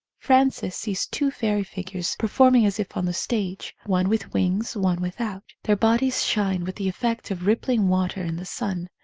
frances sees two fairy figures performing as if on the stage, one with wings, one without. their bodies shine with the effect of rippling water in the sun.